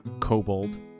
kobold